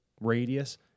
radius